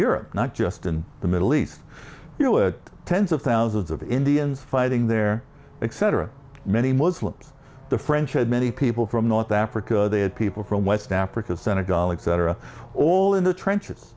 europe not just in the middle east you know tens of thousands of indians fighting their excedrin many muslims the french had many people from north africa they had people from west africa senegal exciter all in the trenches